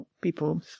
people